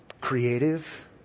creative